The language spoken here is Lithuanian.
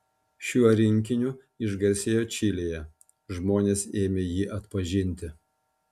šiuo rinkiniu išgarsėjo čilėje žmonės ėmė jį atpažinti